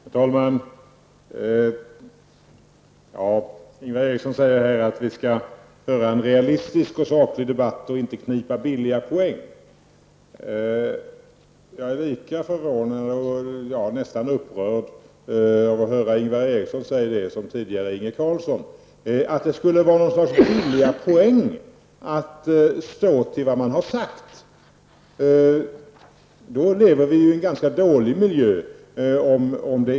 Herr talman! Ingvar Eriksson säger att vi skall föra en realistisk och saklig debatt och inte knipa billiga poäng. Jag är lika förvånad och nästan upprörd över att höra Ingvar Eriksson säga, liksom tidigare Inge Karlsson, att det skulle vara något slags billiga poäng att stå för vad man har sagt. Om det är så lever vi i en ganska dålig miljö.